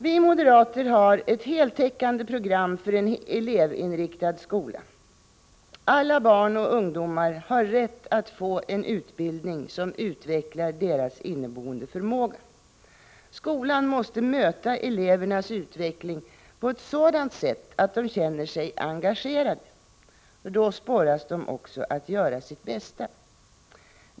Vi moderater har ett heltäckande program för en elevinriktad skola. Alla barn och ungdomar har rätt att få en utbildning som utvecklar deras inneboende förmåga. Skolan måste möta elevernas utveckling på ett sådant sätt att de känner sig engagerade. Då sporras de också att göra sitt bästa.